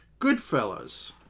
Goodfellas